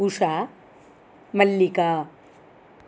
उषा मल्लिका